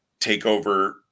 TakeOver